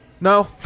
No